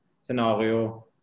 scenario